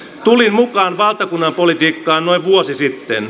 tulin mukaan valtakunnan politiikkaan noin vuosi sitten